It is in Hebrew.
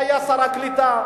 שהיה שר הקליטה,